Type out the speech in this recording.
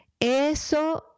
Eso